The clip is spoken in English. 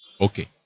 Okay